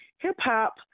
Hip-hop